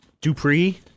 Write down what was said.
Dupree